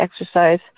exercise